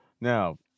Now